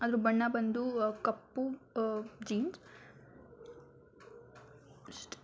ಅದ್ರ ಬಣ್ಣ ಬಂದು ಕಪ್ಪು ಜೀನ್ಸ್ ಅಷ್ಟೆ